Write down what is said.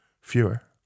fewer